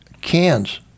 cans